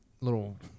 little